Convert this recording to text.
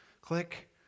Click